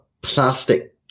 plastic